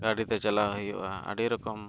ᱜᱟᱹᱰᱤᱛᱮ ᱪᱟᱞᱟᱣ ᱦᱩᱭᱩᱜᱼᱟ ᱟᱹᱰᱤ ᱨᱚᱠᱚᱢ